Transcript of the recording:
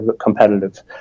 competitive